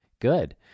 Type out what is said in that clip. Good